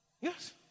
Yes